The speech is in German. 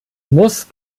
muss